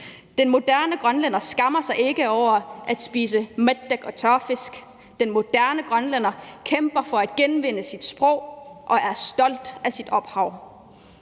Den moderne grønlænder skammer sig ikke over at spise mattak og tørfisk; den moderne grønlænder kæmper for at genvinde sit sprog og er stolt af sit ophav.